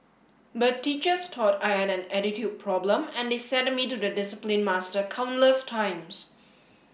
but teachers thought I had an attitude problem and they sent me to the discipline master countless times